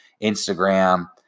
Instagram